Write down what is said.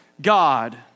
God